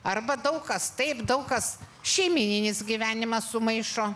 arba daug kas taip daug kas šeimyninis gyvenimas sumaišo